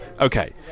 Okay